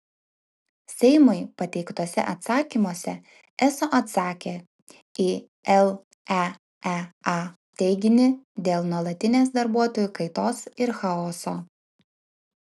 seimui pateiktuose atsakymuose eso atsakė į leea teiginį dėl nuolatinės darbuotojų kaitos ir chaoso